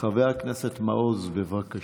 חבר הכנסת מעוז, בבקשה.